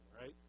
right